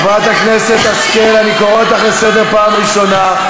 חברת הכנסת השכל, אני קורא אותך לסדר פעם ראשונה.